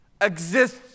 exists